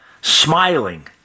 smiling